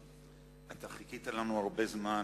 אתה חיכית לנו הרבה זמן,